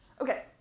Okay